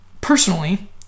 Personally